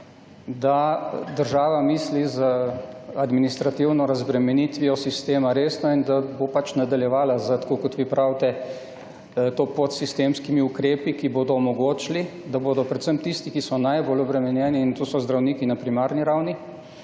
da država misli z administrativno razbremenitvijo sistema resno in da bo pač nadaljevala z, tako kot vi pravite, to pot s sistemskimi ukrepi, ki bodo omogočili, da bodo predvsem tisti, ki so najbolj obremenjeni, in to so zdravniki na primarni ravni,